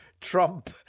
Trump